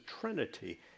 Trinity